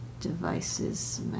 devices